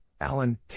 Alan